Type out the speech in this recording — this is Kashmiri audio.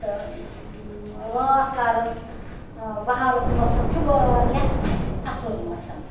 تہٕ واک کَرُن بہارُک موسم چھُ واریاہ اَصٕل موسم